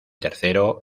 tercero